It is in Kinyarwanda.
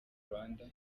rwanda